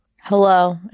Hello